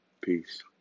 Peace